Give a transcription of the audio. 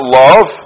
love